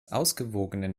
ausgewogenen